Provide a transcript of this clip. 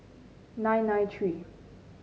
nine nine three